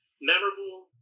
memorable